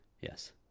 Yes